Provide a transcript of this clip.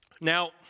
Now